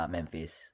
Memphis